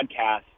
podcast